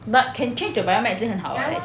but can change to biomed 已经很好 liao like